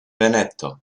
veneto